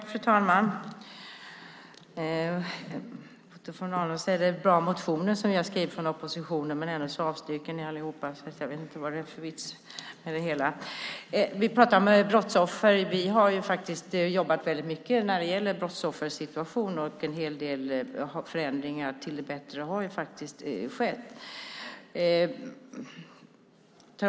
Fru talman! Otto von Arnold säger att det är bra motioner som vi från oppositionen har skrivit. Ändå avstyrker ni allihop, så jag vet inte vad det är för vits med det hela. Vi pratar om brottsoffer. Vi har faktiskt jobbat väldigt mycket när det gäller brottsoffers situation, och en hel del förändringar till det bättre har faktiskt skett.